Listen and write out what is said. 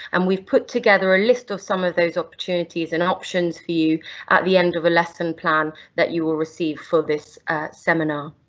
and we've put together a list of some of those opportunities and options for you at the end of a lesson plan that you will receive for this seminar.